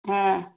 ஆ